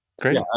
great